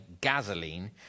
gasoline